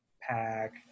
pack